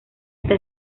esta